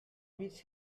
bitch